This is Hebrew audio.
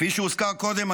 כפי שהוזכר קודם,